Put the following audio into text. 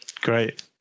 great